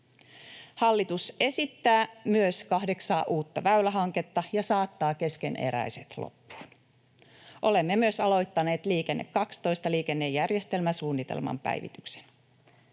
Hallitus esittää myös kahdeksaa uutta väylähanketta ja saattaa keskeneräiset loppuun. Olemme myös aloittaneet Liikenne 12 -liikennejärjestelmäsuunnitelman päivityksen.